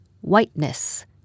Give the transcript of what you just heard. whiteness